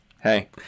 Hey